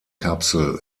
kapsel